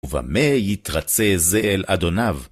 ובמה יתרצה זה אל אדוניו?